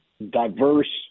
diverse